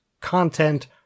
content